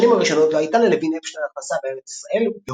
בשנים הראשונות לא הייתה ללוין אפשטיין הכנסה בארץ ישראל,